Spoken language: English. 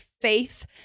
faith